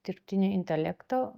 dirbtinio intelekto